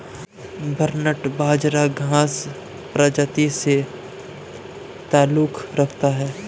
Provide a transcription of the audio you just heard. barnyard बाजरा घांस प्रजाति से ताल्लुक रखता है